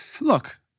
Look